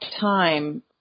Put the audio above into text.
time